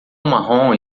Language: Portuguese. marrom